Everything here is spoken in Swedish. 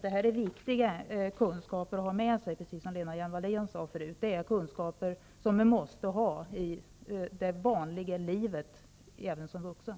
Det är viktiga kunskaper att ha med sig, som Lena Hjelm-Wallén sade tidigare. Det är kunskaper som man måste ha i livet, även som vuxen.